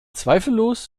zweifellos